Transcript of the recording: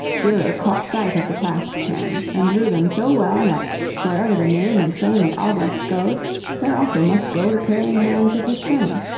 durer caught sight of the clasped hands and drew them so well that wherever the name and fame of albrecht goes there also must go the praying hands of his friend.